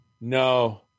no